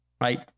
right